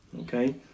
Okay